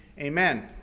Amen